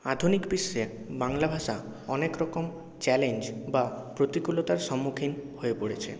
আধুনিক বিশ্বে বাংলা ভাষা অনেক রকম চ্যালেঞ্জ বা প্রতিকূলতার সম্মুখীন হয়ে পড়েছে